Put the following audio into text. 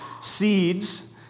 Seeds